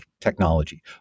technology